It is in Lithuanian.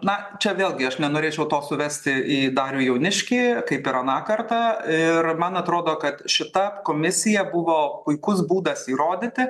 na čia vėlgi aš nenorėčiau to suvesti į darių jauniškį kaip ir aną kartą ir man atrodo kad šita komisija buvo puikus būdas įrodyti